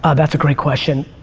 ah that's a great question.